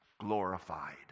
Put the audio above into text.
glorified